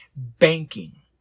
Banking